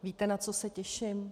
Víte, na co se těším?